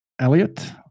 Elliot